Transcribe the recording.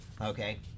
Okay